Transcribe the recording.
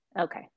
Okay